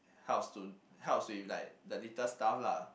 helps to helps with like the little stuff lah